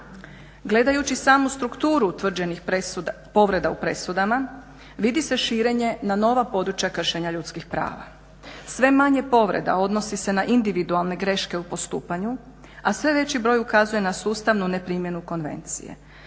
Gledajući samo strukturu utvrđenih presuda, povreda u presudama vidi se širenje na nova područja kršenja ljudskih prava. Sve manje povreda odnosi se na individualne greške u postupanju, a sve veći broj ukazuje na sustavnu neprimjenu Konvencije.